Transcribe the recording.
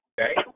Okay